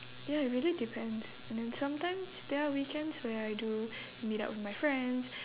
ya it really depends and then sometimes there are weekends where I do meet up with my friends